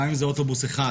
גם אם זה אוטובוס אחד,